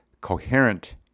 coherent